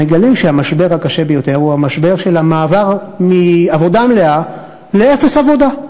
מגלים שהמשבר הקשה ביותר הוא המשבר של המעבר מעבודה מלאה לאפס עבודה.